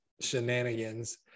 shenanigans